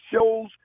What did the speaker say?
shows